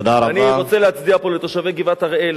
אני רוצה להצדיע פה לתושבי גבעת-הראל,